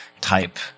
type